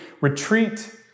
retreat